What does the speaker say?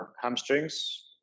hamstrings